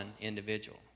individual